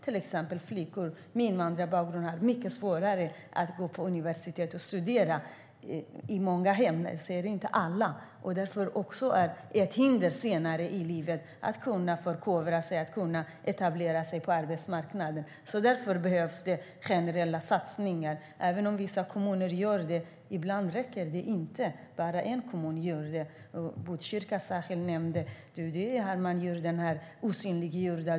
Till exempel har flickor med invandrarbakgrund från många hem - jag säger inte alla - mycket svårare att få gå på universitet och studera. Det är ett hinder senare i livet för att kunna förkovra sig och etablera sig på arbetsmarknaden. Därför behövs det generella satsningar. Det räcker inte att bara en kommun gör det; Ylva Johansson nämnde Botkyrka. Det finns också de osynliggjorda.